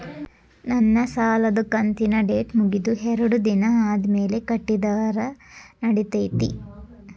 ನನ್ನ ಸಾಲದು ಕಂತಿನ ಡೇಟ್ ಮುಗಿದ ಎರಡು ದಿನ ಆದ್ಮೇಲೆ ಕಟ್ಟಿದರ ನಡಿತೈತಿ?